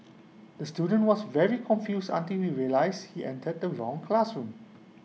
the student was very confused until we realised he entered the wrong classroom